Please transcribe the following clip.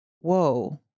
whoa